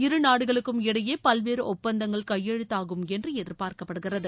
இருநாடுகளுக்கும் இடையே பல்வேறு ஒப்பந்தங்கள் கையெழுத்தாகும் என்று எதிர்பார்க்கப்படுகிறது